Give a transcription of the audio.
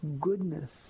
goodness